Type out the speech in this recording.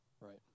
right